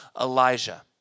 Elijah